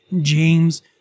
James